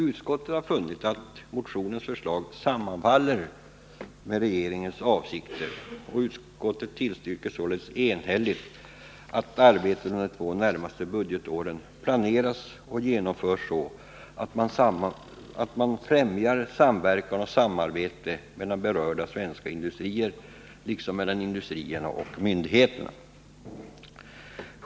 Utskottet har funnit att motionens förslag sammanfaller med regeringens avsikter, och utskottet tillstyrker således enhälligt att arbetet under de två närmaste budgetåren planeras och genomförs så att man främjar samverkan och samarbete mellan berörda svenska industrier liksom mellan industrierna och myndigheterna.